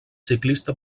ciclista